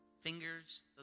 Fingers